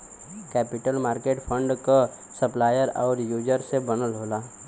capital market fund क supplier आउर user से बनल होला